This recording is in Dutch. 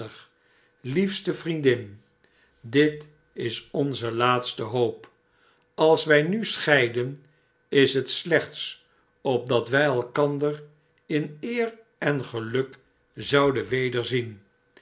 hefste vriendin dit is onze laatste hoop als wij nu scheiden is het slechts opdat wij elkander in eer en geluk zouden wederzien